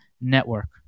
network